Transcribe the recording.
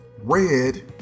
red